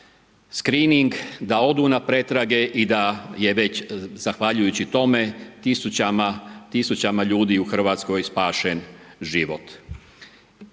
skrining, da odu na pretrage i da je već zahvaljujući tome tisućama ljudi u Hrvatskoj spašen život.